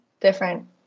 different